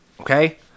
okay